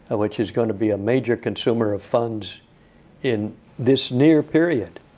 which is going to be a major consumer of funds in this near period.